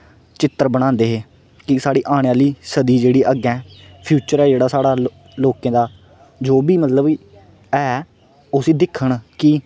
चित्र बनांदे हे कि साढ़े आने आह्ली सदी जेह्ड़ी अग्गै फ्यूचर जेह्ड़ा साढ़़ा लोकें दा जो बी मतलब ऐ उसी दिक्खन कि